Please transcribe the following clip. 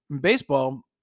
Baseball